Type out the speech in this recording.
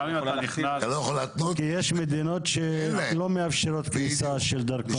כי יש מדינות שלא מאפשרות כניסה של דרכונים.